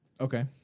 Okay